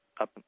up